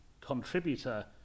contributor